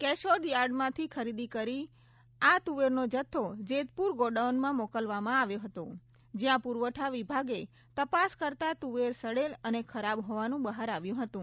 કેશોદ યાર્ડમાંથી ખરીદી કરી આ તુવેરનો જથ્થો જેતપુર ગોડાઉનમાં મોકલવામાં આવ્યો હતો જ્યાં પુરવઠા વિભાગે તપાસ કરતા તુવેર સડેલ અને ખરાબ હોવાનું બહાર આવ્યું હતું